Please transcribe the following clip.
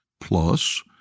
Plus